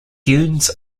dunes